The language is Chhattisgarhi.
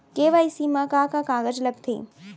के.वाई.सी मा का का कागज लगथे?